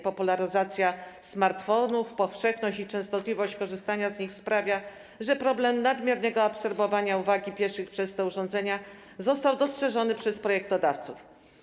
Popularyzacja smartfonów, powszechność i częstotliwość korzystania z nich sprawia, że problem nadmiernego absorbowania uwagi pieszych przez te urządzenia został dostrzeżony przez projektodawców.